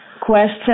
question